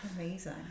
Amazing